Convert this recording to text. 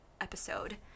episode